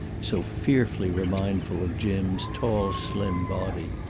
so fearfully remindful of jim's tall slim body.